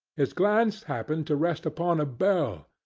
his glance happened to rest upon a bell,